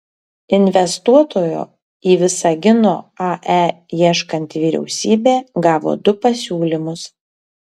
investuotojo į visagino ae ieškanti vyriausybė gavo du pasiūlymus